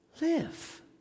live